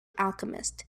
alchemists